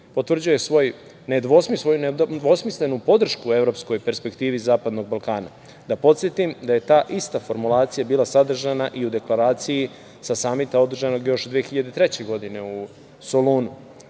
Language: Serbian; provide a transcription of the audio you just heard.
potvrđuje svoju nedvosmislenu podršku evropskoj perspektivi zapadnog Balkana. Da podsetim da je ta ista formulacija bila sadržana i u Deklaraciji sa samita održanog još 2003. godine u Solunu.